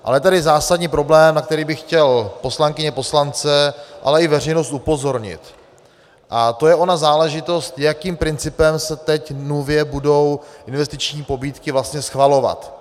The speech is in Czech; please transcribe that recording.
Ale tedy zásadní problém, na který bych chtěl poslankyně, poslance, ale i veřejnost upozornit, je ona záležitost, jakým principem se teď nově budou investiční pobídky vlastně schvalovat.